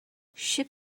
ship